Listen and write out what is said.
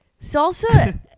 salsa